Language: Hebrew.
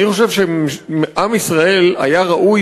אני חושב שלעם ישראל היה ראוי,